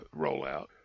rollout